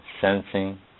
sensing